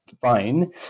Fine